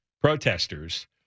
protesters